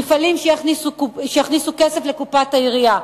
מפעלים שיכניסו כסף לקופת העירייה.